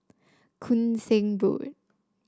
Koon Seng Road